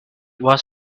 was